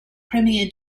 premier